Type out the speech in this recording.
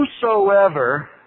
whosoever